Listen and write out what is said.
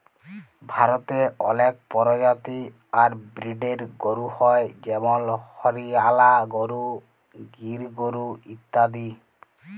ভারতে অলেক পরজাতি আর ব্রিডের গরু হ্য় যেমল হরিয়ালা গরু, গির গরু ইত্যাদি